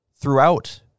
throughout